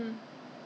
really